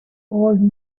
old